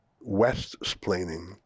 West-splaining